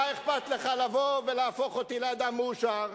מה אכפת לך לבוא ולהפוך אותי לאדם מאושר?